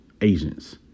agents